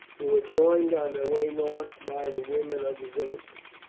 who were joined on their way north by the women of the villages.